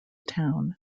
town